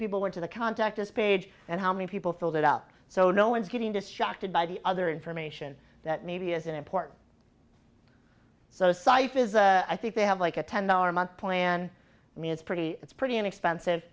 people were to the contact us page and how many people filled it up so no one's getting distracted by the other information that maybe isn't important so saif is i think they have like a ten dollars a month plan i mean it's pretty it's pretty inexpensive